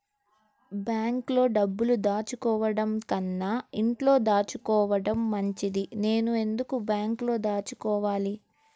బ్యాంక్లో డబ్బులు దాచుకోవటంకన్నా ఇంట్లో దాచుకోవటం మంచిది నేను ఎందుకు బ్యాంక్లో దాచుకోవాలి?